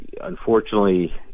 unfortunately